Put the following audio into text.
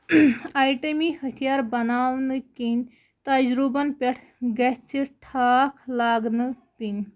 آیٹٔمی ہتھیار بناونہٕ کِنۍ تجرُبَن پٮ۪ٹھ گژھِ ٹھاکھ لاگنہٕ پیٚن